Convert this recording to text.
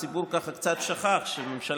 הציבור ככה קצת שכח שממשלה,